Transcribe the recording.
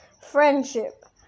friendship